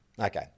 Okay